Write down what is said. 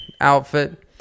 outfit